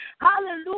Hallelujah